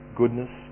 goodness